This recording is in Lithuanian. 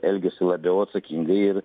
elgiasi labiau atsakingai ir